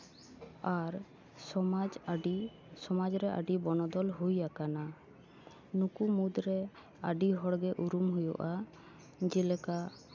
ᱟᱨ ᱥᱚᱢᱟᱡᱽ ᱟᱹᱰᱤ ᱥᱚᱢᱟᱡᱽ ᱨᱮ ᱟᱹᱰᱤ ᱵᱚᱱᱚᱫᱚᱞ ᱦᱩᱭ ᱟᱠᱟᱱᱟ ᱱᱩᱠᱩ ᱢᱩᱫᱽᱨᱮ ᱟᱹᱰᱤ ᱦᱚᱲᱜᱮ ᱩᱨᱩᱢ ᱦᱩᱭᱩᱜᱼᱟ ᱡᱮᱞᱮᱠᱟ